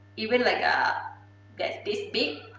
even like, ah that's this big,